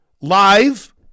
live